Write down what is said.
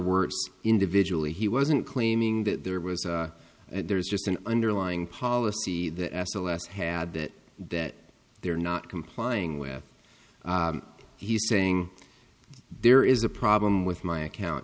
wertz individually he wasn't claiming that there was there's just an underlying policy that s l s had that that they're not complying with he's saying there is a problem with my account